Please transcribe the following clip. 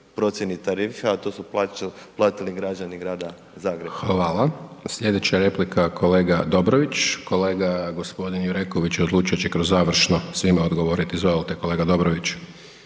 procjeni tarife, a to su platili građani Grada Zagreba.